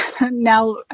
now